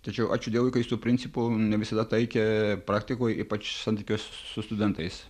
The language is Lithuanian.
tačiau ačiū dievui kad jis tų principų ne visada taikė praktikoj ypač santykiuose su studentais